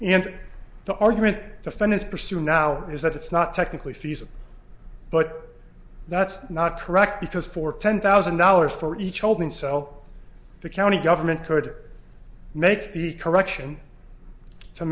and the argument defendants pursue now is that it's not technically feasible but that's not correct because for ten thousand dollars for each olding cell the county government could make the correction to